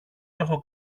έχω